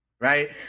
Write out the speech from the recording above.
Right